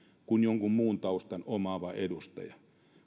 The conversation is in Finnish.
kuin jonkun muun taustan omaava edustaja